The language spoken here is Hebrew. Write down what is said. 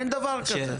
אין דבר כזה.